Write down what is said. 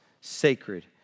sacred